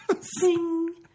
Sing